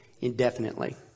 indefinitely